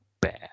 bad